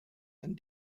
and